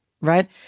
right